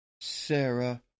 Sarah